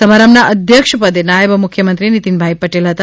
સમારંભના અધ્યક્ષપદે નાથબ મુખ્યમંત્રી નિતિન પટેલ હતા